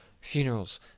funerals